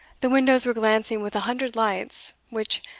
the windows were glancing with a hundred lights, which,